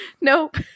Nope